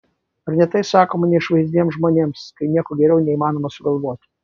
ar ne tai sakoma neišvaizdiems žmonėms kai nieko geriau neįmanoma sugalvoti